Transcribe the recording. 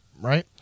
right